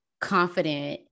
confident